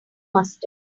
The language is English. mustard